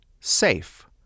SAFE